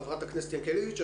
חבר הכנסת ינקילביץ',